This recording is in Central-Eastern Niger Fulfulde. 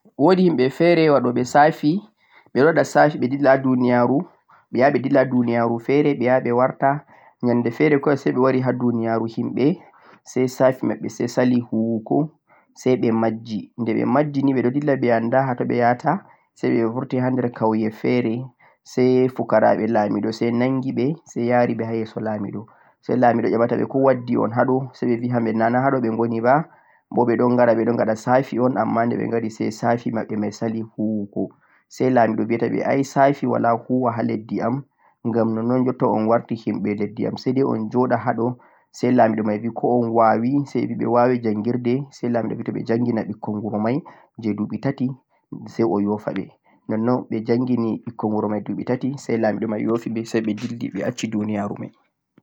woodi himɓe feere waɗoɓe 'tsafi', ɓe ɗo waɗa 'tsafi' ɓe dilla ha duuniyaaru, ɓe ya ha ɓe dilla ha duuniyaaru feere ɓe yaha ɓe warta. Ƴannde feere kaway say ɓe wari ha duuniyaaru himɓe say 'tsafi' maɓɓe say sali huwugo say ɓe majji, de ɓe majji ni ɓe ɗo dilla ɓe annda hato ɓe ya ta say ɓe burti haa nder kawye feere say fukaraɓe laamiiɗo say nanngi ɓe say ya ri ɓe ha yeso laamiiɗo say laamiiɗo ƴamataɓe ko waddi un ha ɗo say ɓe bi hamɓe nana ha ɗo ɓe goni ba bo ɓe ɗon gara ɓe ɗo waɗa 'tsafi' un ammaa de ɓe gari say 'tsafi' maɓɓe may sali hawugo say laamiiɗo biya ta ɓe ay 'tsafi' walaa huwa ha leddi am ngam nonnon jotta un warti himɓe leddi yam say day un joɗa ha ɗo say laamiiɗo may ko on waawi?, say ɓebi ɓe waawi janngirdee say laamiiɗo bi to ɓe janngina bikkoy wuro may jee duuɓi tati say o yo'fa ɓe nonnon ɓe janngini bikkon wuro may duuɓi tati say laamiiɗo may yo'fiɓe say ɓe dilli ɓe acci duuniyaaru may